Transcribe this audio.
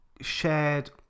shared